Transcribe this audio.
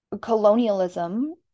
Colonialism